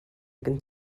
kan